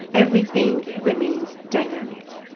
everything remains dynamic.